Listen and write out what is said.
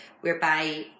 whereby